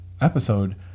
episode